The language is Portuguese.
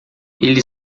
ele